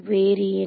வேறு என்ன